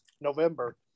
November